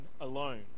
alone